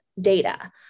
data